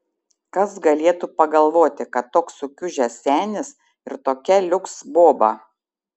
kas galėtų pagalvoti kad toks sukiužęs senis ir tokia liuks boba